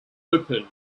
open